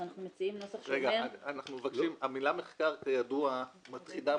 אז אנחנו מציעים נוסח שאומר --- המילה "מחקר" כידוע --- הערכה.